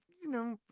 you know.